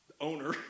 owner